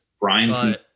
Brian